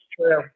true